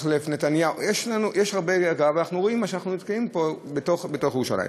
מחלף נתניה יש הרבה ואנחנו רואים שאנחנו נתקעים פה בתוך ירושלים.